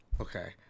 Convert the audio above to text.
Okay